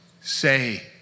say